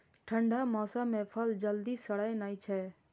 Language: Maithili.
ठंढा मौसम मे फल जल्दी सड़ै नै छै